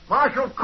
Marshal